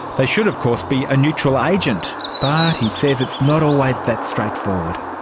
they should of course be a neutral agent, but he says it's not always that straightforward.